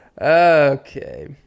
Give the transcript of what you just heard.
okay